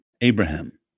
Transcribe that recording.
Abraham